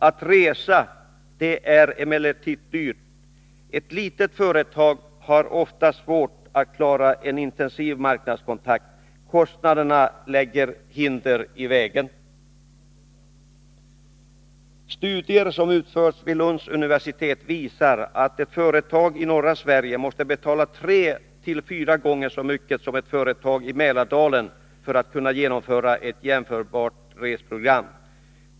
Att resa är emellertid dyrt. Ett litet företag har oftast svårt att klara en intensiv marknadskontakt. Kostnaderna lägger hinder i vägen. Studier som utförts vid Lunds universitet visar att ett företag i norra Sverige måste betala tre till fyra gånger så mycket som ett företag i Mälardalen för att kunna genomföra ett jämförbart resprogram.